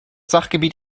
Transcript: sachgebiet